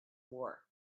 war